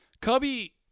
cubby